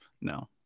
No